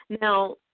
Now